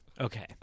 Okay